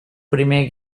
primer